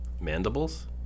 Mandibles